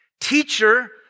teacher